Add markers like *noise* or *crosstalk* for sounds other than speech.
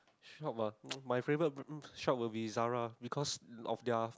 shop ah *noise* my favourite shop will be Zara because of their